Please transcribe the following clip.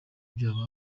ibyaha